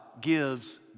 gives